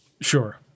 Sure